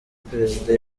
perezida